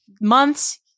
months